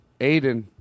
Aiden